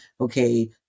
okay